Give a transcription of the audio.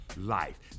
life